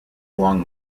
along